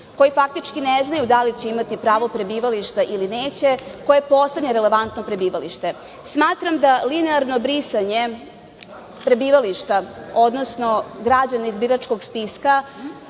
koji faktički ne znaju da li će imati pravo prebivališta ili neće, koje je poslednje relevantno prebivalište. Smatram da linearno brisanje prebivališta, odnosno, građana iz biračkog spiska